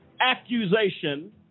accusation